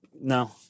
No